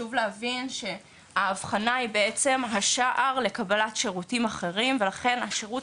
חשוב להבין שהאבחנה היא בעצם השער לקבלת שירותים אחרים ולכן השירות